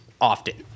often